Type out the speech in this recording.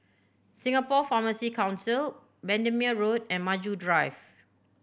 Singapore Pharmacy Council Bendemeer Road and Maju Drive